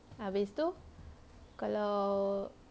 habis tu kalau